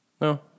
no